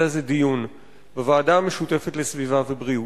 זה דיון בוועדה המשותפת לסביבה ובריאות.